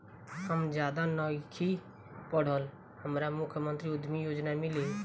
हम ज्यादा नइखिल पढ़ल हमरा मुख्यमंत्री उद्यमी योजना मिली?